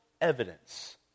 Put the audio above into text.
evidence